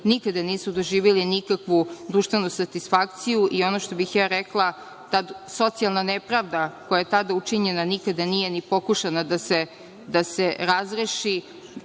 nikada nisu doživeli nikakvu društvenu satisfakciju i, ono što bih ja rekla, socijalna nepravda koja je tada učinjena nije pokušala da se razreši